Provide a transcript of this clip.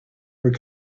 were